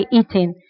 eating